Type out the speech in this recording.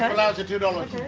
but lousy two dollars.